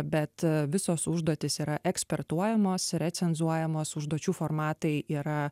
bet visos užduotys yra ekspertuojamos recenzuojamos užduočių formatai yra